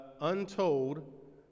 Untold